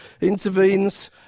intervenes